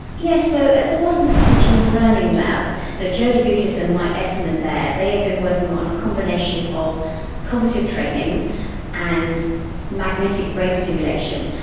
yes, so at the boston attention and learning lab, so joe degutis and mike esterman there, they have been working on a combination of cognitive training and magnetic brain stimulation.